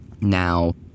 Now